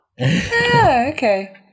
okay